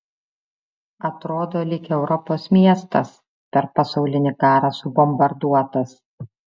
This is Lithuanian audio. atrodo lyg europos miestas per pasaulinį karą subombarduotas